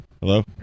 Hello